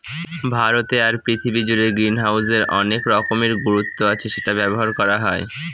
ভারতে আর পৃথিবী জুড়ে গ্রিনহাউসের অনেক রকমের গুরুত্ব আছে সেটা ব্যবহার করা হয়